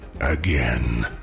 again